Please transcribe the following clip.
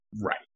Right